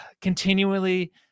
continually